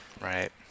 Right